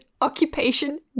occupation